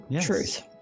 Truth